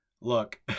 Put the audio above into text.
look